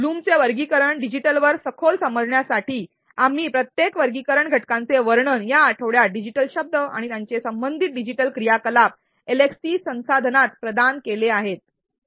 ब्लूमचे वर्गीकरण डिजिटलवर सखोल समजण्यासाठी आम्ही प्रत्येक वर्गीकरण घटकांचे वर्णन या आठवड्यात डिजिटल शब्द आणि त्यांचे संबंधित डिजिटल क्रियाकलाप एलएक्सटी संसाधनात प्रदान केले आहे